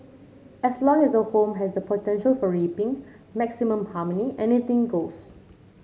as long as the home has the potential for reaping maximum harmony anything goes